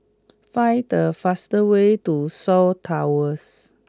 find the fast way to Shaw Towers